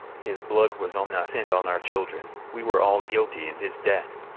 his blood was on us and on our children. we were all guilty in his death.